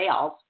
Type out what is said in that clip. sales